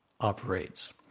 operates